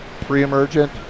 pre-emergent